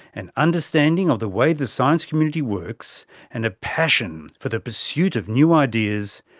an understanding of the way the science community works and a passion for the pursuit of new ideas,